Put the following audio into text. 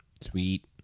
Sweet